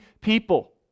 people